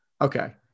Okay